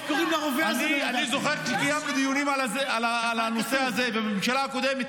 --- אני זוכר שקיימנו דיונים על הנושא הזה בממשלה הקודמת